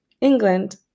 England